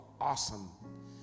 awesome